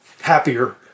happier